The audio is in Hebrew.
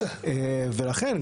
ולכן,